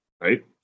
right